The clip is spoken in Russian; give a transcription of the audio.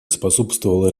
способствовала